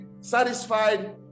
satisfied